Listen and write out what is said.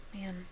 Man